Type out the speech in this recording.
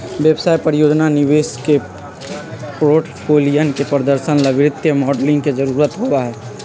व्यवसाय, परियोजना, निवेश के पोर्टफोलियन के प्रदर्शन ला वित्तीय मॉडलिंग के जरुरत होबा हई